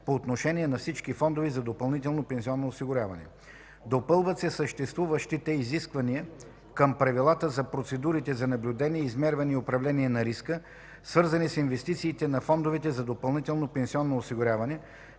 по отношение на всички фондове за допълнително пенсионно осигуряване. Допълват се съществуващите изисквания към правилата за процедурите за наблюдение, измерване и управление на риска, свързани с инвестициите на фондовете за допълнително пенсионно осигуряване,